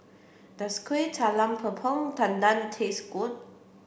does Kueh Talam Tepong Pandan taste good